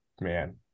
Man